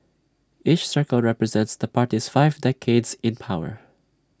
each circle represents the party's five decades in power